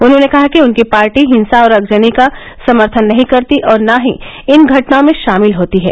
उन्होंने कहा कि उनकी पार्टी हिंसा और आगजनी का समर्थन नहीं करती और न ही इन घटनाओं में शामिल होती है